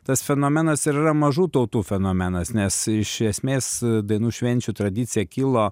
tas fenomenas ir yra mažų tautų fenomenas nes iš esmės dainų švenčių tradicija kilo